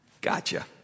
Gotcha